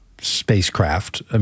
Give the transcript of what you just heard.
spacecraft